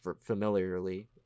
familiarly